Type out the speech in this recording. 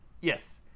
yes